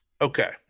Okay